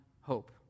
hope